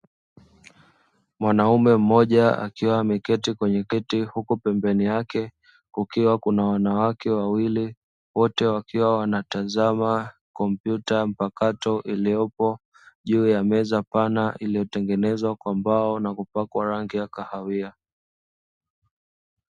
Mwanaume mmoja akiwa ameketi kwenye kiti huku pembeni yake kukiwa kuna wanawake wawili wote wakiwa wanatazama kompyuta mpakato iliyopo juu ya meza pana iliyotengenezwa kwa mbao na kupakwa rangi ya kahawia.